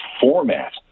format